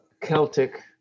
Celtic